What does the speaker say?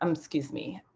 um excuse me,